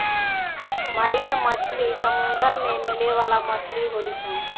marine मछली समुंदर में मिले वाला मछली होली सन